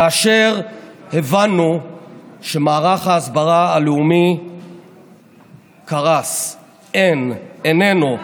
כאשר הבנו שמערך ההסברה הלאומי קרס, אין, איננו.